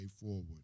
forward